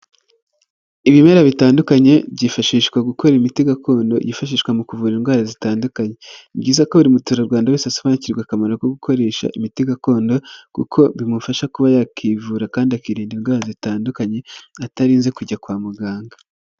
Ibimera bitandukanye byifashishwa gukora imiti gakondo yifashishwa mu kuvura indwara zitandukanye, ni byiza ko buri muturarwanda wese asobanukirwa akamaro ko gukoresha imiti gakondo kuko bimufasha kuba yakwivura kandi akirinda indwara zitandukanye atarinze kujya kwa muganga.